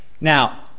Now